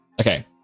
Okay